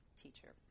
teacher